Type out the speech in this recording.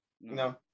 No